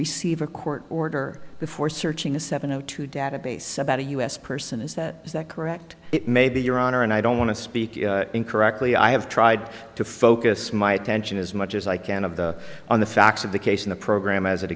receive a court order before searching a seven o two database about a us person is that is that correct it may be your honor and i don't want to speak incorrectly i have tried to focus my attention as much as i can of the on the facts of the case in the program as